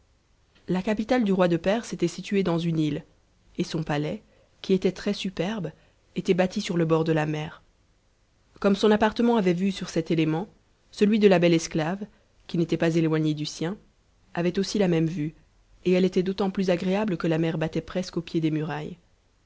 la capitale du roi de perse était située dans une îte et son palais qui était très superbe était bâti sur le bord de la mer comme son appartement avait vue sur cet élément celui de la belle esclave qui n'était pas éloigné du sien avait aussi la même vue et elle était d'autant plus agréable que la mer battait presque au pied des murailles